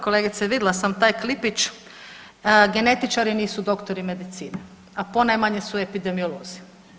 Da, kolegice vidjela sam taj klipić, genetičari nisu doktori medicine, a ponajmanje su epidemiolozi.